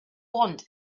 want